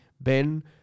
Ben